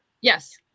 Yes